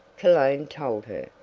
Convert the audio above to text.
cologne told her,